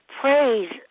praise